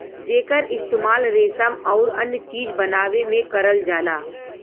जेकर इस्तेमाल रेसम आउर अन्य चीज बनावे में करल जाला